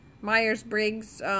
Myers-Briggs